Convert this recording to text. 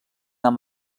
amb